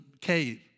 cave